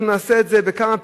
אנחנו נעשה את זה בכמה פעימות.